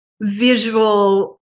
visual